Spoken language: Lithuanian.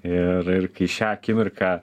ir ir kai šią akimirką